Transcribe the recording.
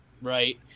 right